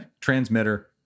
transmitter